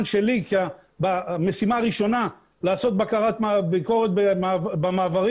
שלי כמשימה ראשונה זה לעשות ביקורת במעברים,